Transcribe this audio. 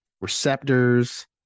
Receptors